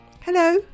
Hello